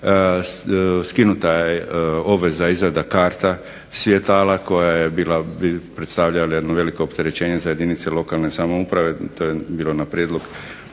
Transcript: skinuta je obveza izrada karta svjetala koja je bila predstavljala jedno veliko opterećenje za jedinice lokalne samouprave, to je bilo na prijedlog